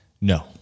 No